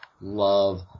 love